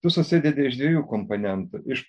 tu susidedi iš dviejų komponentų iš